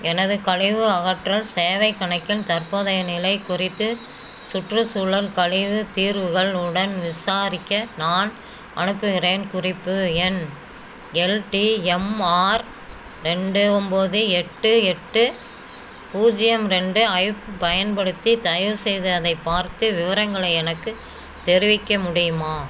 எனது கழிவு அகற்றல் சேவை கணக்கின் தற்போதைய நிலை குறித்து சுற்றுச்சூழல் கழிவு தீர்வுகள் உடன் விசாரிக்க நான் அனுப்புகிறேன் குறிப்பு எண் எல்டிஎம்ஆர் ரெண்டு ஒம்பது எட்டு எட்டு பூஜ்ஜியம் ரெண்டு ஐப் பயன்படுத்தி தயவுசெய்து அதை பார்த்து விவரங்களை எனக்கு தெரிவிக்க முடியுமா